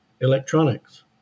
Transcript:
electronics